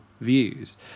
views